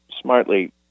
smartly